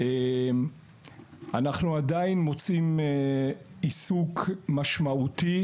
אנחנו עדיין מוצאים עיסוק משמעותי